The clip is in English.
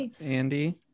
Andy